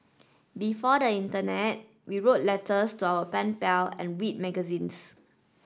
before the Internet we wrote letters to our pen pal and read magazines